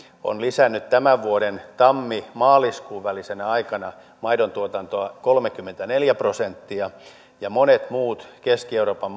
on lisännyt tämän vuoden tammi maaliskuun välisenä aikana maidontuotantoa kolmekymmentäneljä prosenttia ja monissa muissa keski euroopan